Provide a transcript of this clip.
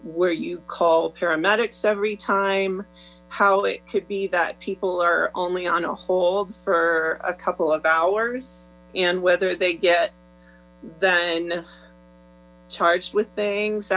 where you call paramedics every time how it could be that people are only on hold for a couple of hours and whether they get then charged with things